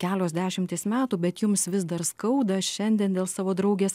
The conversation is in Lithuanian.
kelios dešimtys metų bet jums vis dar skauda šiandien dėl savo draugės